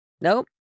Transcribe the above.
nope